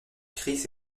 chris